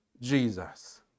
Jesus